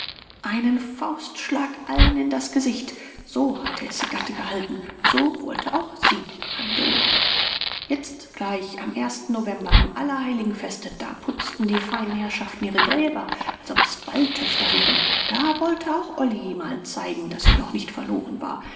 einen faustschlag allen in das gesicht so hatte es ihr gatte gehalten so wollte auch sie handeln jetzt gleich am ersten november am allerheiligenfeste da putzten die feinen herrschaften ihre gräber als ob es balltöchter wären da wollte auch olly mal zeigen daß sie noch nicht verloren war